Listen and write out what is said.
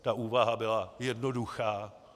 Ta úvaha byla jednoduchá.